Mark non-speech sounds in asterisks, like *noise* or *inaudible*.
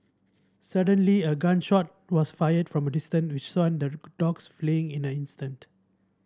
suddenly a gun shot was fired from a distance which *unintelligible* the dogs fleeing in an instant